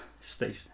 station